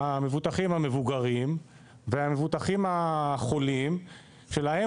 המבוטחים המבוגרים והמבוטחים החולים שלהם